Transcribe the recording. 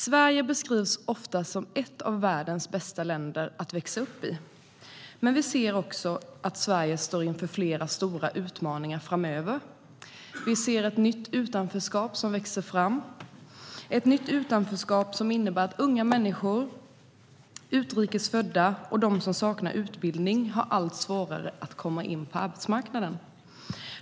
Sverige beskrivs ofta som ett av världens bästa länder att växa upp i. Men vi ser också att Sverige står inför flera stora utmaningar framöver. Vi ser ett nytt utanförskap som växer fram, ett nytt utanförskap som innebär att unga människor, utrikes födda och de som saknar utbildning har allt svårare att komma in på arbetsmarknaden.